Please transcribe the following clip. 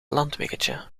landweggetje